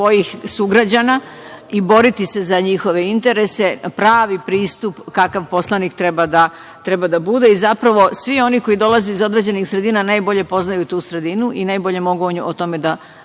i boriti se za njihove interese pravi pristup kakav poslanik treba da bude. Zapravo, svi oni koji dolaze iz određenih sredina najbolje poznaju tu sredinu i najbolje mogu o tome da